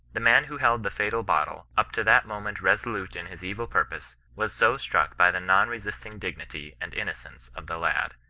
the man who held the fatal bottle, up to that moment resolute in his evil purpose, was so struck by the non-resisting dignity and innocence of the lad,